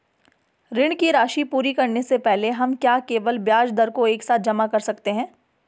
ऋण की राशि पूरी करने से पहले हम क्या केवल ब्याज दर को एक साथ जमा कर सकते हैं?